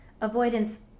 Avoidance